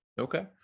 Okay